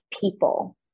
people